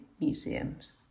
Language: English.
museums